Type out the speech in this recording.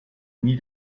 nie